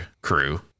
crew